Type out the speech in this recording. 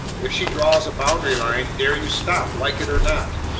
if she draws a boundary line, there you stop, like it or not!